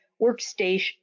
workstation